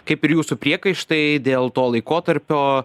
kaip ir jūsų priekaištai dėl to laikotarpio